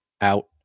out